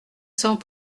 cents